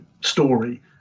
story